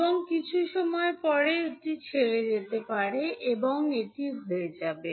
এবং কিছু সময় পরে এটি ছেড়ে যেতে পারে এবং এটি হয়ে যাবে